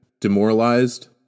demoralized